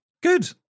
Good